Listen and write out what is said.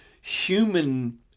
human